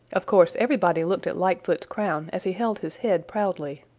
of course everybody looked at lightfoot's crown as he held his head proudly.